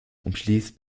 umschließt